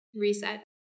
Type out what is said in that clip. reset